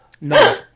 No